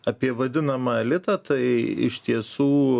apie vadinamą elitą tai iš tiesų